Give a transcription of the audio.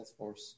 Salesforce